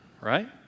right